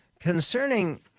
Concerning